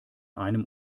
einem